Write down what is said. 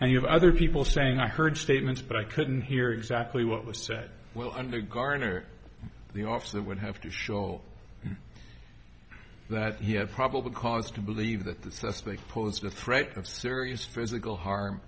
have other people saying i heard statements but i couldn't hear exactly what was said well under garner the office that would have to show that he had probable cause to believe that the suspect posed a threat of serious physical harm